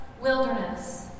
wilderness